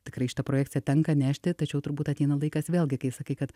tikrai šitą projekciją tenka nešti tačiau turbūt ateina laikas vėlgi kai sakai kad